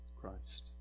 Christ